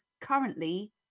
currently